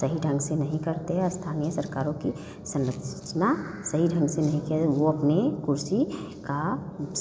सही ढंग से नहीं करते स्थानीय सरकारों की संरचना सही ढ़ंग से नहीं किया जाता वो अपनी कुर्सी का